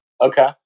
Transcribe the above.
Okay